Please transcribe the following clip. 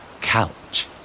Couch